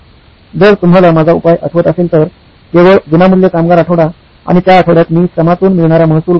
जर तुम्हाला माझा उपाय आठवत असेल तर केवळ विनामूल्य कामगार आठवडा आणि त्या आठवड्यात मी श्रमातून मिळणारा महसूल गमावले